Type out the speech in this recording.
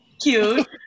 cute